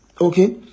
Okay